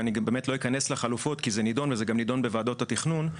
ואני באמת לא אכנס לחלופות כי זה נידון וזה נידון גם בוועדות התכנון,